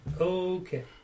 Okay